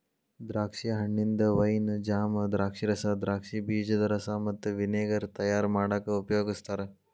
ದ್ರಾಕ್ಷಿ ಹಣ್ಣಿಂದ wine, jam, ದ್ರಾಕ್ಷಿರಸ, ದ್ರಾಕ್ಷಿ ಬೇಜದ ರಸ ಮತ್ತ ವಿನೆಗರ್ ತಯಾರ್ ಮಾಡಾಕ ಉಪಯೋಗಸ್ತಾರ